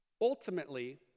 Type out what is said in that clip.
Ultimately